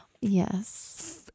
Yes